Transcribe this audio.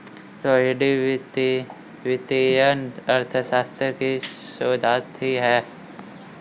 रोहिणी वित्तीय अर्थशास्त्र की शोधार्थी है